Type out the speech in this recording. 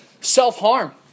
self-harm